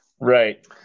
Right